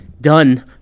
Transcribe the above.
done